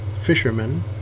fishermen